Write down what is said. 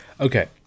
Okay